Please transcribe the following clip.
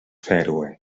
fèroe